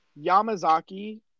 Yamazaki